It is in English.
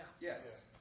Yes